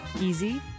easy